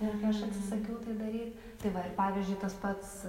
ir kai aš atsisakiau tai daryt tai va ir pavyzdžiui tas pats